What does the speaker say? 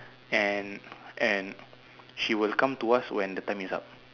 and and she will come to us when the time is up